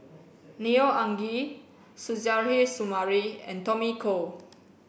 Neo Anngee Suzairhe Sumari and Tommy Koh